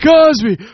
Cosby